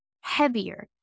heavier